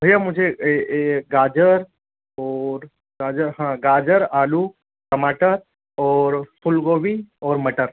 भैया मुझे ये ये गाजर और गाजर हाँ गाजर आलू टमाटर और फूलगोभी और मटर